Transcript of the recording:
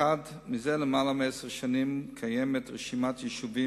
1. זה למעלה מעשר שנים קיימת רשימת יישובים